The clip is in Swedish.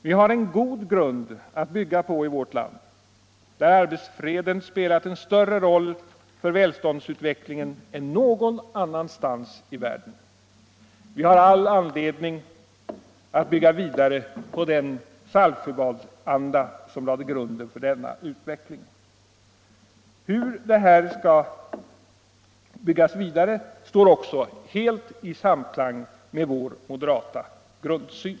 Vi har en god grund att bygga på i vårt land, där arbetsfreden spelat en större roll för välståndsutvecklingen än någon annanstans i världen.” Vi har all anledning att bygga vidare på den Saltsjöbadsanda som lade grunden för denna utveckling. Hur det här skall byggas vidare står också helt i samklang med vår moderata grundsyn.